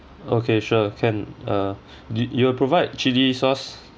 okay sure can uh d~ you will provide chili sauce